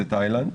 תאילנד,